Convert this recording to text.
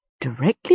Directly